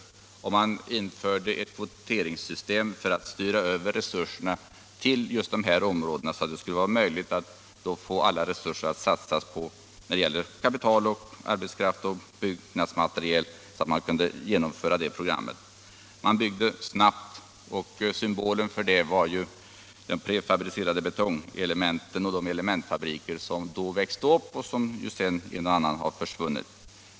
Socialdemokraterna införde ett kvoteringssystem för att styra över resurserna till just dessa områden så att det skulle bli möjligt att satsa alla resurser i form av kapital, arbetskraft och byggnadsmateriel på att genomföra programmet. Man byggde snabbt. Symbolen för detta var de prefabricerade betongelementen och de elementfabriker som då växte upp. En och annan av dem har sedan försvunnit.